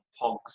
pogs